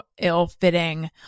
ill-fitting